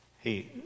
Hey